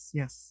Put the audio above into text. yes